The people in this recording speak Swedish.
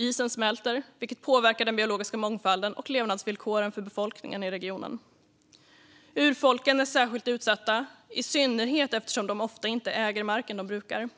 Isen smälter, vilket påverkar den biologiska mångfalden och levnadsvillkoren för befolkningen i regionen. Urfolken är särskilt utsatta, i synnerhet eftersom de ofta inte äger marken de brukar.